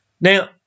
Now